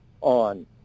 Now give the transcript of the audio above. on